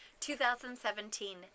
2017